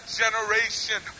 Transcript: generation